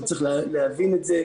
וצריך להבין אותנו,